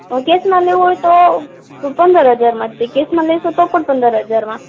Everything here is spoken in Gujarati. કૅશમાં લેવો હોય તો પંદર હજારમાં જ તે કૅશમાં લેશો તો પણ પંદર હજારમાં